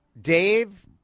Dave